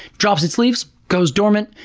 drops its leaves, goes dormant,